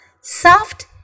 soft